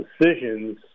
decisions